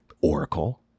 Oracle